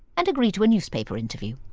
and agree to a newspaper interview.